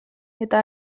eta